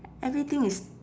everything is